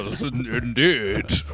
Indeed